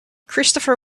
christopher